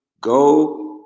go